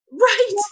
Right